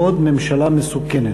עוד ממשלה מסוכנת.